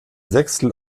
sechstel